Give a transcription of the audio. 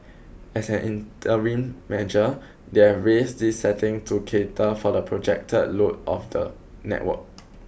as an interim measure they have raised this setting to cater for the projected load of the network